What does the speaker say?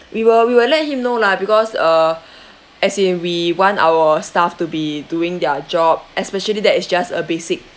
we will we will let him know lah because uh as in we want our staff to be doing their job especially that is just a basic